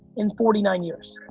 in forty nine years.